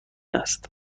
است